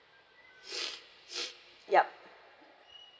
ya